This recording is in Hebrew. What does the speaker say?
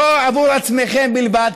לא עבור עצמכם בלבד,